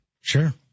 Sure